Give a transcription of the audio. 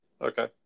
Okay